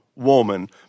woman